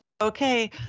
Okay